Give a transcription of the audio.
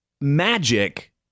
magic